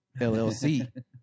LLC